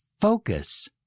focus